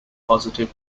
positive